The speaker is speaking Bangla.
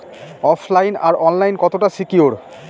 ওফ লাইন আর অনলাইন কতটা সিকিউর?